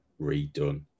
redone